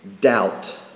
doubt